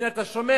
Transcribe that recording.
הנה, אתה שומע,